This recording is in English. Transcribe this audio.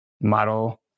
model